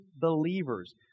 believers